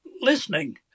listening